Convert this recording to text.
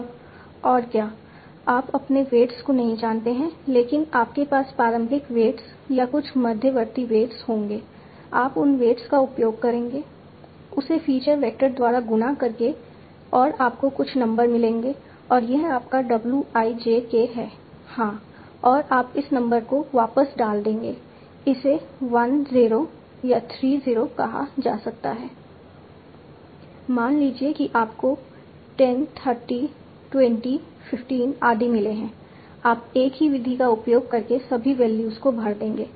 अब और क्या आप अपने वेट्स को नहीं जानते हैं लेकिन आपके पास प्रारंभिक वेट्स या कुछ मध्यवर्ती वेट्स होंगे आप उन वेट्स का उपयोग करेंगे उसे फीचर वेक्टर द्वारा गुणा करके और आपको कुछ नंबर मिलेंगे और यह आपका w i j k है हाँ और आप इस नंबर को वापस डाल देंगे इसे 10 या 30 कहा जा सकता है मान लीजिए कि आपको 10 30 20 15 आदि मिले हैं आप एक ही विधि का उपयोग करके सभी वैल्यूज को भर देंगे